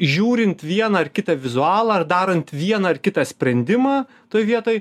žiūrint vieną ar kitą vizualą ar darant vieną ar kitą sprendimą toj vietoj